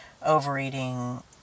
overeating